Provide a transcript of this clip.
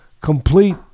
complete